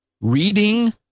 reading